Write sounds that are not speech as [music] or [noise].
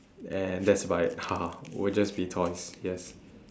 and that's my [laughs] will just be toys yes